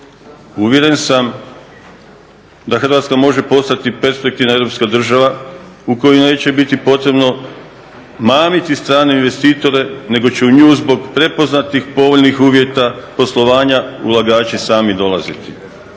Uvjeren sam da Hrvatska može postati perspektivna europska država u kojoj neće biti potrebno mamiti strane investitore, nego će u nju zbog prepoznatih povoljnih uvjeta poslovanja ulagači sami dolaziti.